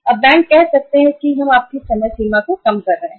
अब बैंक कह सकते हैं कि हम आपकी समय सीमा को कम कर रहे हैं